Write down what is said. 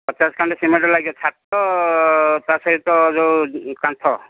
ପଚାଶ ଖଣ୍ଡେ ସିମେଣ୍ଟ୍ ଲାଗିବ ଛାତ ତା'ସହିତ ଯେଉଁ କାନ୍ଥ